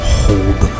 hold